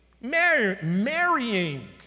marrying